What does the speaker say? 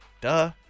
Duh